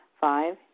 Five